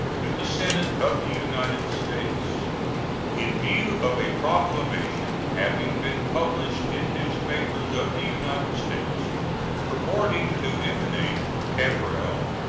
to the senate of the united states in view of a proclamation having been published in newspapers of the united states purporting to emanate from cabral,